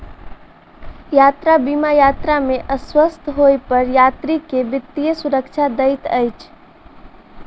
यात्रा बीमा यात्रा में अस्वस्थ होइ पर यात्री के वित्तीय सुरक्षा दैत अछि